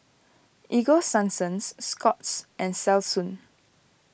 Ego Sunsense Scott's and Selsun